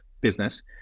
business